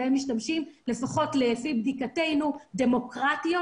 אבל אני יכולה להגיד שלפחות לפי בדיקתנו אין דמוקרטיות